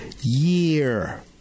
year